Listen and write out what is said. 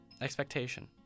Expectation